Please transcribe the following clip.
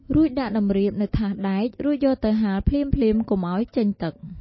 រួចដាក់តម្រាបនៅថាសដែករូចយកទៅហាលភ្លាមៗកុំឲ្យចេញទឹក។